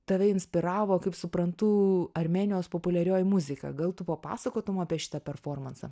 tave inspiravo kaip suprantu armėnijos populiarioji muzika gal tu papasakotum apie šitą performansą